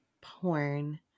porn